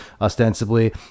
ostensibly